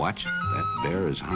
watch there is